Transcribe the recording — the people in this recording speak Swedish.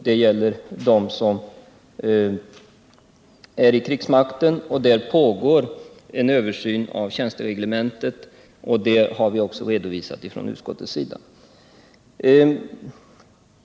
Det gäller dem som är anställda vid krigsmakten, och där pågår en översyn av tjänstereglementet. Det har vi också redovisat från utskottets sida.